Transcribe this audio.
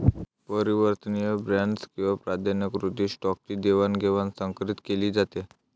परिवर्तनीय बॉण्ड्स किंवा प्राधान्यकृत स्टॉकची देवाणघेवाण संकरीत केली जाते